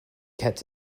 kept